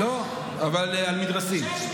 לא, אבל על מדרסים.